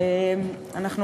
תודה רבה,